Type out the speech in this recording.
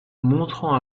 montrant